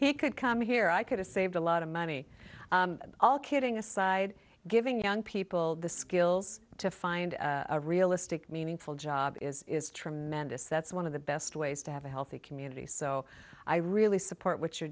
he could come here i could have saved a lot of money and all kidding aside giving young people the skills to find a realistic meaningful job is tremendous that's one of the best ways to have a healthy communities i really support what you're